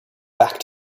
back